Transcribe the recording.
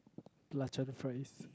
belachan fries